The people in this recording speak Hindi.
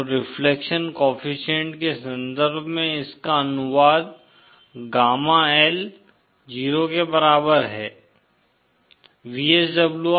तो रिफ्लेक्शन कोएफ़िशिएंट के संदर्भ में इसका अनुवाद गामा L 0 के बराबर है